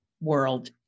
world